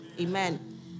Amen